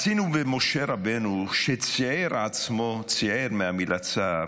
מצינו במשה רבינו, שציער עצמו, ציער, מהמילה צער,